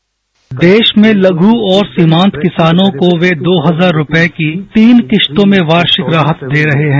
bite देश में लघु और सीमांत किसानों को वे दो हजार रुपये की तीन किस्तों में वार्षिक राहत दे रहे हैं